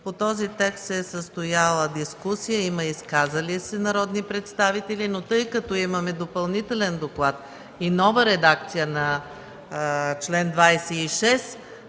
По този текст се е състояла дискусия, има изказали се народни представители. Тъй като имаме допълнителен доклад и нова редакция на чл. 26,